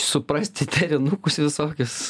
suprasti derinukus visokius